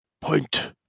point